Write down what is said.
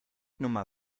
nummer